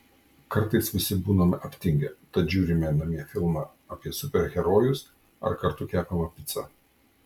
kartais visi būname aptingę tad žiūrime namie filmą apie super herojus ar kartu kepame picą